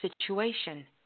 situation